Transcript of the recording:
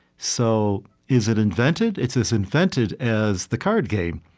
so is it invented? it's as invented as the card game.